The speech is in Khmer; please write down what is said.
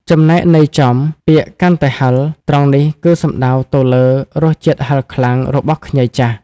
ចំណែកន័យចំ ពាក្យ កាន់តែហឹរ ត្រង់នេះគឺសំដៅទៅលើ រសជាតិហឹរខ្លាំង របស់ខ្ញីចាស់។